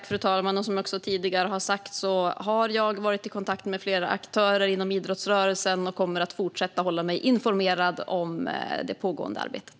Fru talman! Som jag också tidigare har sagt har jag varit i kontakt med flera aktörer inom idrottsrörelsen och kommer att fortsätta hålla mig informerad om det pågående arbetet.